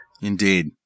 Indeed